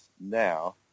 now